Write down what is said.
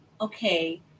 okay